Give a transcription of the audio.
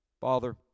Father